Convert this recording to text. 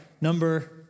number